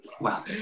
Wow